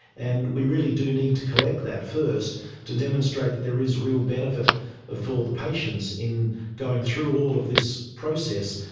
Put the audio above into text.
and we really do need to collect that first to demonstrate that there is real benefit ah for the patients in going through all of this process.